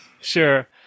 Sure